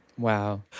Wow